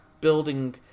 building